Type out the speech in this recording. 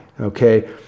okay